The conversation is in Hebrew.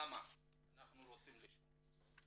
אנחנו רוצים לשמוע מדוע.